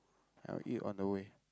I'll eat on the way